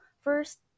first